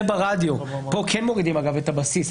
זה ברדיו, ואגב, כן מורידים את הבסיס.